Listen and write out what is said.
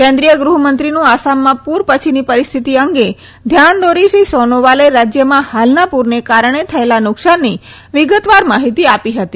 કેન્દ્રીય ગૃહ મંત્રીનું આસામમાં પુર પછીની પરિસ્થિતિ અંગે ધ્યાન દોરી શ્રી સોનોવાલે રાજ્યમાં હાલના પુરને કારણે થયેલા નુકસાનની વિગતવાર માહિતી આપી હતી